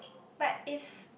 but it's